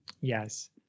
Yes